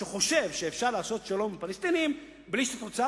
שחושב שאפשר לעשות שלום עם הפלסטינים בלי שהתוצאה